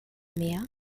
mehr